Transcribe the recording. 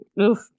oof